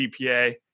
GPA